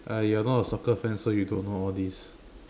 uh you're not a soccer fan so you don't know all these